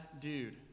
dude